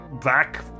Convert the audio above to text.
back